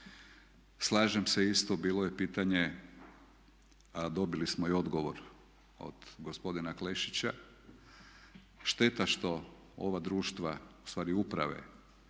Slažem se isto bilo je pitanje, dobili smo i odgovor od gospodina Klešića. Šteta što ova društva u stvari uprave